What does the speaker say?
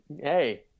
Hey